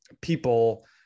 people